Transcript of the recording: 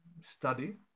study